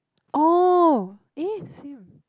oh eh same